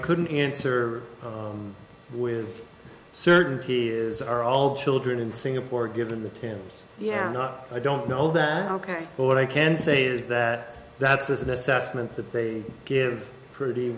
couldn't answer with certainty is are all children in singapore given the chance yeah not i don't know that ok but what i can say is that that's an assessment that they give pretty